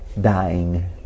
dying